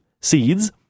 Seeds